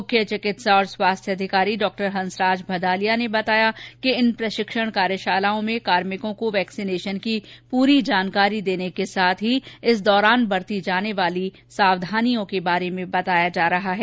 मुख्य चिकित्सा और स्वास्थ्य अधिकारी डॉ हंसराज भदालिया ने बताया कि इन प्रशिक्षण कार्यशालाओं में कार्मिकों को वैक्सीनेशन की पूरी जानकारी के साथ ही इस दौरान बरती जाने वाली सावधानियों के बारे में बताया जा रहा है